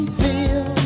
feel